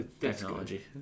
technology